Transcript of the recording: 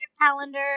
calendar